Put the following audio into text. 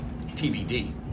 TBD